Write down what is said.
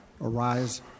arise